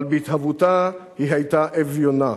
אבל בהתהוותה היא היתה אביונה.